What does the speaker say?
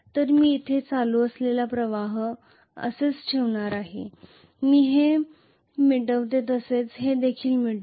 तर मी येथे करंट असलेला प्रवाह असेच ठेवणार आहे मी हे मिटवते तसेच हे देखील मिटवते